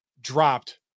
dropped